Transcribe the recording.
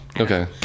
Okay